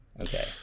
Okay